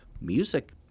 Music